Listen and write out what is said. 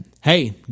hey